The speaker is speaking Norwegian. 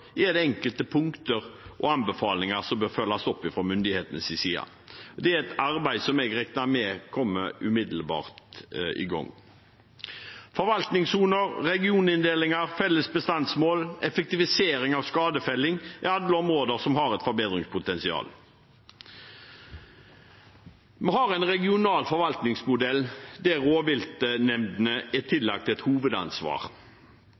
er det enkelte punkter og anbefalinger som bør følges opp fra myndighetenes side. Det er et arbeid som jeg regner med kommer i gang umiddelbart. Forvaltningssoner, regioninndelinger, felles bestandsmål og effektivisering av skadefelling er alle områder som har et forbedringspotensial. Vi har en regional forvaltningsmodell der rovviltnemndene er